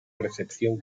recepción